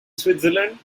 switzerland